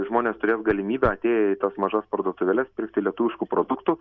žmonės turės galimybę atėję į tas mažas parduotuvėles pirkti lietuviškų produktų